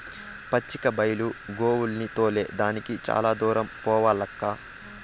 పచ్చిక బైలు గోవుల్ని తోలే దానికి చాలా దూరం పోవాలక్కా